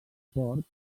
port